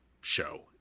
show